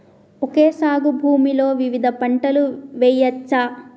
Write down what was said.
Okay సాగు భూమిలో వివిధ పంటలు వెయ్యచ్చా?